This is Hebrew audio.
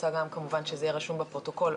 ברצף השקענו בזה מיליונים רבים של שקלים,